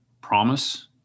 promise